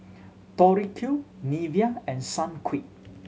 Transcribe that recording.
Tori Q Nivea and Sunquick